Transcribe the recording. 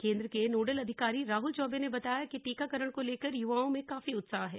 केंद्र के नोडल अधिकारी राहुल चौबे ने बताया कि टीकाकरण को लेकर युवाओं में काफी उत्साह है